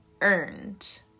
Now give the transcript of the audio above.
earned